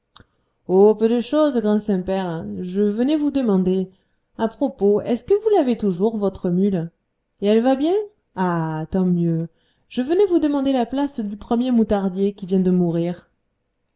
peu de chose grand saint-père je venais vous demander à propos est-ce que vous l'avez toujours votre mule et elle va bien ah tant mieux je venais vous demander la place du premier moutardier qui vient de mourir